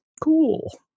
cool